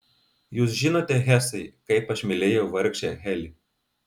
jūs žinote hesai kaip aš mylėjau vargšę heli